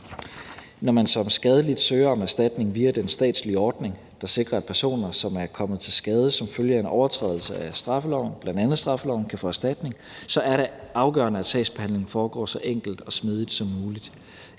Når man som skadelidt søge om erstatning via den statslige ordning, der sikrer, at personer, der er kommet til skade som følge af en overtrædelse af bl.a. straffeloven, kan få erstatning, er det afgørende, at sagsbehandlingen foregår så enkelt og smidigt som muligt.